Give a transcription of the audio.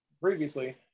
previously